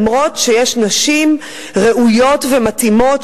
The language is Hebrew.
למרות שיש נשים ראויות ומתאימות,